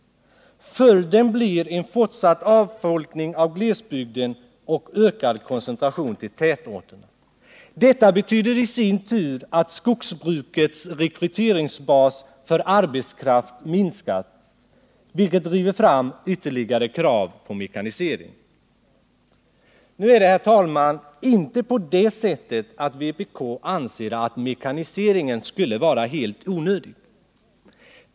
Följden blir fortsatt avfolkning av glesbygden och ökad koncentration till tätorterna. Detta betyder i sin tur att skogsbrukets rekryteringsbas för arbetskraft minskas, vilket driver fram ytterligare krav på mekanisering. Nu är det, herr talman, inte så att vpk anser att mekanisering skulle vara helt onödig.